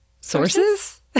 Sources